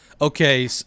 okay